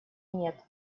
нет